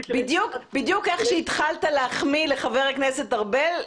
בדיוק כשהתחלת להחמיא לחבר הכנסת ארבל,